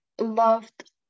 loved